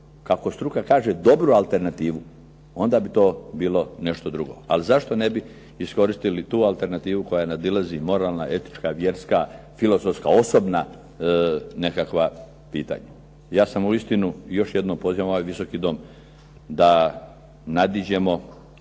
kako struka kaže, dobru alternativu. Onda bi to bilo nešto drugo. Ali zašto ne bi iskoristili tu alternativu koja nadilazi moralna, etička, vjerska, filozofska, osobna nekakva pitanja? Ja sam uistinu, još jednom pozivam ovaj Visoki dom da nadiđemo